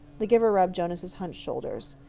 the giver rubbed jonas's hunched shoulders.